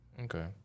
Okay